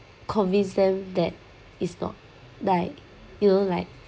convince them that it's not like you know like